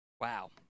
Wow